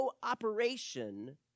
cooperation